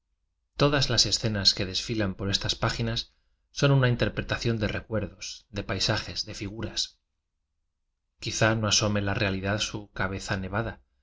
odas las esceas que desfilan por estas páginas son una derpreiación de recuerdos de paisajes de guras quizá no asome la realidad su cabeza nevada